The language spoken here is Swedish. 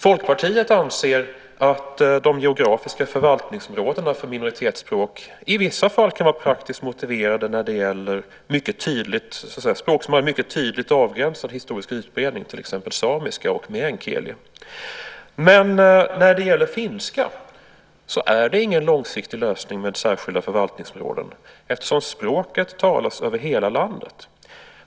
Folkpartiet anser att de geografiska förvaltningsområdena för minoritetsspråk i vissa fall kan vara praktiskt motiverade när det gäller språk som har en mycket tydlig avgränsad historisk utbredning, till exempel samiska och meänkiäli. Men när det gäller finska är det ingen långsiktig lösning med särskilda förvaltningsområden eftersom språket talas över hela landet.